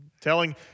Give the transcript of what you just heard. telling